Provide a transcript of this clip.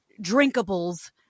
drinkables